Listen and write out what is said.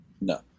no